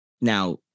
now